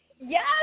yes